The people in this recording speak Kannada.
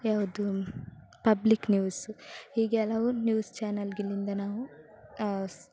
ಯಾವುದು ಪಬ್ಲಿಕ್ ನ್ಯೂಸ್ ಹೀಗೆ ಹಲವು ನ್ಯೂಸ್ ಚಾನಲ್ಗಳಿಂದ ನಾವು